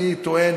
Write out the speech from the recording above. אני טוען,